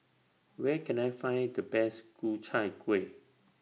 Where Can I Find The Best Ku Chai Kueh